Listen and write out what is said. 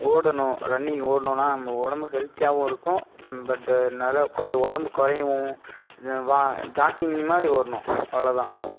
ஓடணும் ரன்னிங் ஓடணுனா நம்ம உடம்பு ஹெல்தியாகவும் இருக்கும் பட் நல்லா கொஞ்சம் உடம்பு குறையும் வா ஜாக்கிங் மாதிரி ஓடணும் அவ்வளோதான்